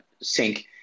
sync